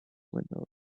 windows